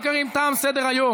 נתקבלה.